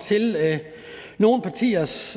til nogle partiers